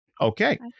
Okay